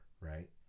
right